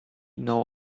know